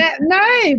No